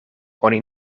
oni